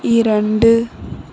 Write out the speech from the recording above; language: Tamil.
இரண்டு